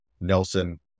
Nelson